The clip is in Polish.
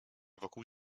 wokół